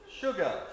sugar